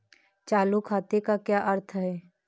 चालू खाते का क्या अर्थ है?